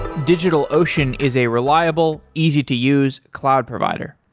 digitalocean is a reliable, easy to use cloud provider.